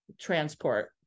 transport